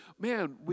man